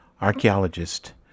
archaeologist